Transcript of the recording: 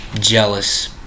jealous